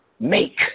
Make